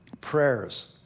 prayers